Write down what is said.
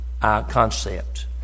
concept